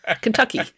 Kentucky